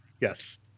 Yes